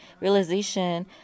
realization